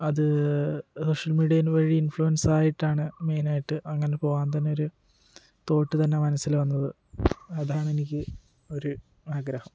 അത് social media വഴി ഇൻഫ്ലുൻസായിട്ടാണ് മെയിനായിട്ട് അങ്ങനെ പോവാൻ തന്നെയൊരു തോട്ട് തന്നെ മനസ്സിൽ വന്നത് അതാണെനിക്ക് ഒരു ആഗ്രഹം